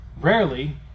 rarely